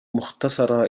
مختصرة